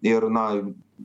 ir na